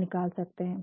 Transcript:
निकाल सकते है